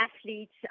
athletes